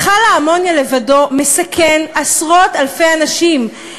מכל האמוניה לבדו מסכן עשרות-אלפי אנשים,